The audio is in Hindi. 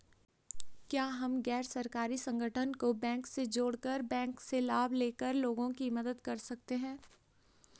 क्या हम गैर सरकारी संगठन को बैंक से जोड़ कर बैंक से लाभ ले कर लोगों की मदद कर सकते हैं?